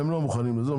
והם לא מוכנים לזה.